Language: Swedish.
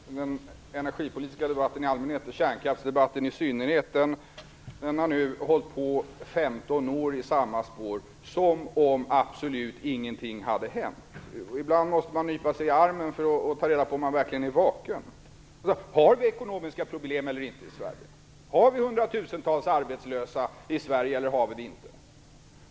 Fru talman! Den energipolitiska debatten i allmänhet och kärnkraftsdebatten i synnerhet har pågått i 15 år i samma spår som om absolut ingenting hade hänt. Ibland måste man nypa sig i armen för att ta reda på om man verkligen är vaken. Har vi ekonomiska problem eller inte i Sverige? Har vi hundratusentals arbetslösa i Sverige eller inte?